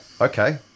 Okay